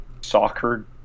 soccer